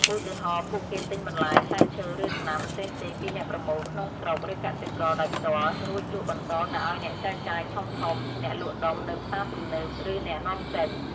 ឧទាហរណ៍ ពួកគេទិញបន្លែ ផ្លែឈើ ឬដំណាំផ្សេងៗពីអ្នកប្រមូលក្នុងស្រុក ឬកសិករដោយផ្ទាល់ រួចលក់បន្តទៅឱ្យអ្នកចែកចាយធំៗ អ្នកលក់ដុំនៅផ្សារទំនើប ឬអ្នកនាំចេញ។